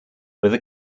where